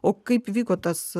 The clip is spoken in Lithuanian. o kaip vyko tas